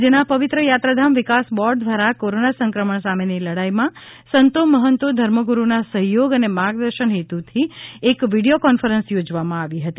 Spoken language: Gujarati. રાજ્યના પવિત્ર યાત્રાધામ વિકાસ બોર્ડ દ્વારા કોરોના સંક્રમણ સામેની લડાઈમાં સંતો મહંતો ધર્મગુરુઓના સહયોગ અને માર્ગદર્શન હેતુથી એક વિડીયો કોન્ફરન્સ યોજવામાં આવી હતી